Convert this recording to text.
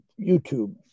YouTube